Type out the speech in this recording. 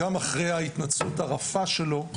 גם אחרי ההתנצלות הרפה שלו,